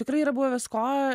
tikrai yra buvę visko